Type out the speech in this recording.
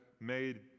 made